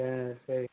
ஆ சரி சார்